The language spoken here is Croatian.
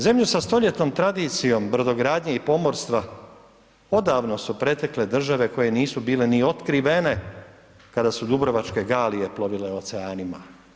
Zemlju sa stoljetnom tradicijom brodogradnje i pomorstva odavno su pretekle države koje nisu bile ni otkrivene kada su dubrovačke galije plovile oceanima.